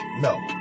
No